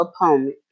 opponent